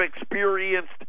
experienced